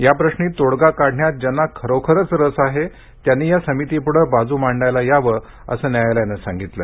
या प्रश्री तोडगा काढण्यात ज्यांना खरोखरच रस आहे त्यांनी या समितीपुढे बाजू मांडायला यावं असं न्यायालयानं सांगितलं